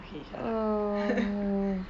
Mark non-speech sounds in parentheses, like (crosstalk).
okay shut up (laughs)